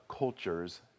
cultures